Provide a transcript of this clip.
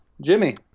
Jimmy